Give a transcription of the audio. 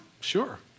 sure